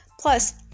plus